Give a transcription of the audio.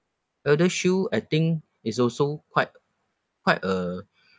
eldershield I think it's also quite quite a